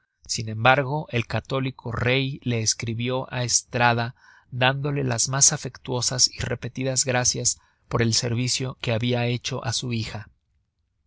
sin embargo el católico rey le escribió á estrada dndole las mas afectuosas y repetidas gracias por el servicio que habia hecho á su hija